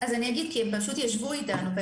אגיד כי הם פשוט ישבו איתנו,